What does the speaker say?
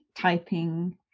typing